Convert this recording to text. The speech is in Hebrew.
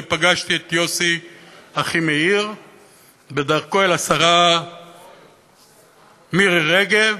ופגשתי את יוסי אחימאיר בדרכו אל השרה מירי רגב,